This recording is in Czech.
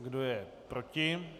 Kdo je proti?